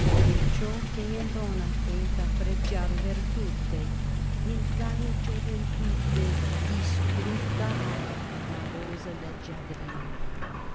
e ciò che in donna è da pregiar virtute in gaia gioventù te distrutta hai v amorosa leggiadria